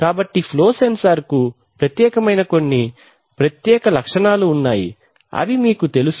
కాబట్టి flow sensor కు ప్రత్యేకమైన కొన్ని ప్రత్యేక లక్షణాలు ఉన్నాయి అవి మీకు తెలుసు